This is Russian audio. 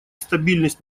стабильность